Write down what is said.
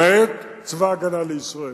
למעט צבא-הגנה לישראל,